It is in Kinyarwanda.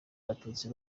abatutsi